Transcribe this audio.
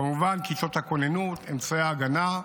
כמובן, כיתות הכוננות, אמצעי ההגנה,